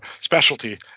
specialty